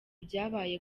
byabaye